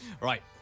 Right